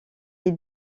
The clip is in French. est